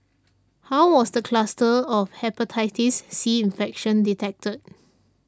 how was the cluster of Hepatitis C infection detected